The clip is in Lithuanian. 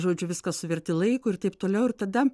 žodžiu viską suverti laikui ir taip toliau ir tada